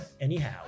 anyhow